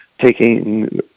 taking